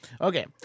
Okay